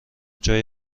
جای